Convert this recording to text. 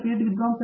S